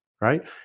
right